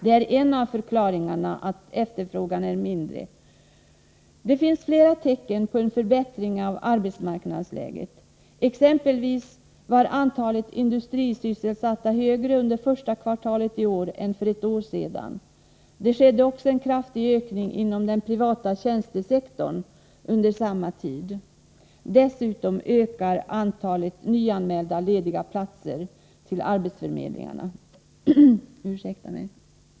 Det är en av förklaringarna till att efterfrågan är mindre. Det finns flera tecken på en förbättring av arbetsmarknadsläget. Exempelvis var antalet industrisysselsatta högre under första kvartalet i år än för ett år sedan. Det skedde också en kraftig ökning inom den privata tjänstesektorn under samma tid. Dessutom ökar antalet nyanmälda lediga platser till arbetsförmedlingarna.